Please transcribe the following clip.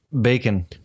Bacon